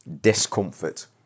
discomfort